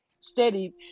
steady